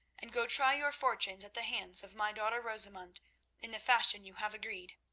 and go try your fortunes at the hands of my daughter rosamund in the fashion you have agreed.